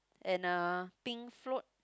and a pink float